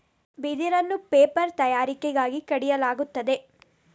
ಬಿದಿರನ್ನು ಪೇಪರ್ ತಯಾರಿಕೆಗಾಗಿ ಕಡಿಯಲಾಗುತ್ತದೆ